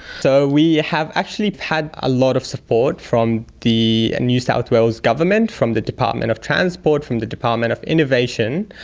so we have actually had a lot of support from the new south wales government, from the department of transport, from the department of innovation.